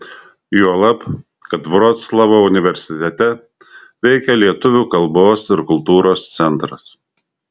juolab kad vroclavo universitete veikia lietuvių kalbos ir kultūros centras